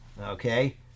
Okay